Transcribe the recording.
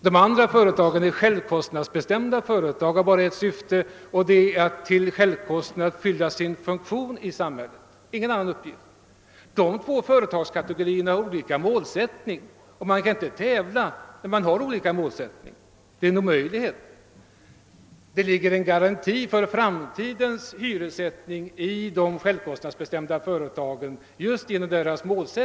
Den andra kategorin utgörs av självkostnadsbestämda företag och har ingen annan uppgift än att till självkostnad fylla sin funktion i samhället. Dessa två företagskategorier har olika mål och kan under sådana förhållanden inte tävla. Det ligger en garanti för framtida hyressättning i de självkostnadsbestämda företagen just på grund av deras mål.